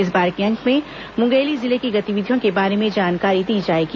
इस बार के अंक में मुंगेली जिले की गतिविधियों के बारे में जानकारी दी जाएगी